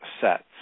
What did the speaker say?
sets